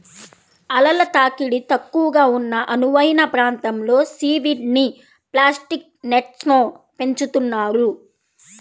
అలల తాకిడి తక్కువగా ఉన్న అనువైన ప్రాంతంలో సీవీడ్ని ప్లాస్టిక్ నెట్స్లో పెంచుతున్నారు